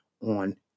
on